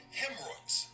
hemorrhoids